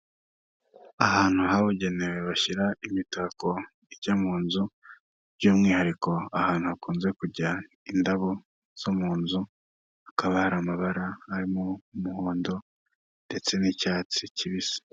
Ahantu habugenewe bashyira imitako ijya mu nzu by'umwihariko ahantu hakunze kujya indabo zo mu nzu hakaba hari amabara arimo umuhondo ndetse n'icyatsi kibisi.